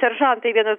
seržantai vienas